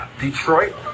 detroit